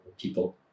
people